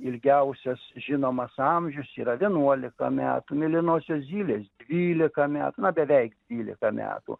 ilgiausias žinomas amžius yra vienuolika metų mėlynosios zylės dvylika metų nabeveik dvylika metų